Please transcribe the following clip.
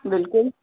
बिल्कुलु